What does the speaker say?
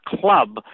Club